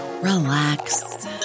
relax